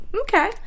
Okay